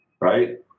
right